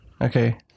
Okay